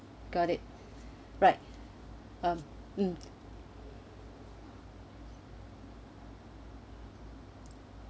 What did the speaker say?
got it right uh mm